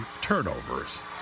turnovers